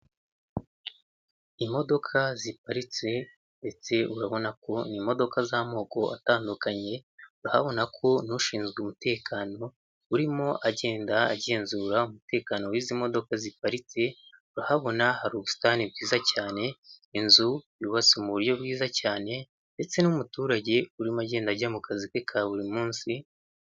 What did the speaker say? Imodoka ziparitse ndetse urabona ko ari imodokadoka z'amoko atandukanye, urahabona ko n'ushinzwe umutekano urimo agenda agenzura umutekano w'izi modoka ziparitse urahabona hari ubusitani bwiza cyane, inzu yubatswe mu buryo bwiza cyane ndetse n'umuturage urimo agenda ajya mu kazi ke ka buri munsi.